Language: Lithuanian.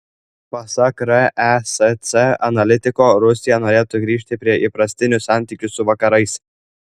pasak resc analitiko rusija norėtų grįžti prie įprastinių santykių su vakarais